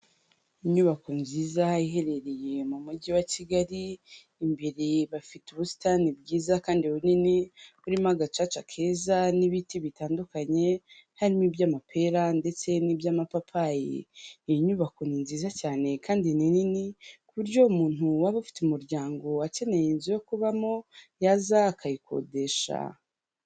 Inyubako nziza iherereye mu mujyi wa Kigali, imbere bafite ubusitani bwiza kandi bunini, burimo agacaca keza, n'ibiti bitandukanye, harimo iby'amapera ndetse n'iby'amapapayi, iyi nyubako ni nziza cyane, kandi ni nini, ku buryo umuntu waba ufite umuryango akeneye inzu yo kubamo, yaza akayikodesha.